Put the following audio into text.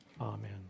amen